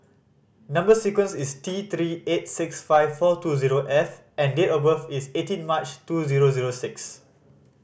number sequence is T Three eight six five four two zero F and date of birth is eighteen March two zero zero six